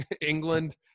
England